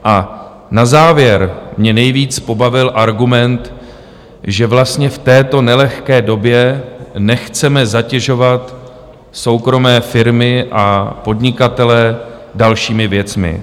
A na závěr mě nejvíc pobavil argument, že vlastně v této nelehké době nechceme zatěžovat soukromé firmy a podnikatele dalšími věcmi.